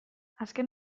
azken